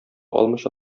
алмыйча